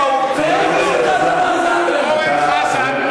תודה רבה.